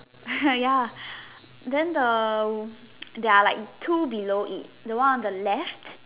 ya than the their like two below it the one on the left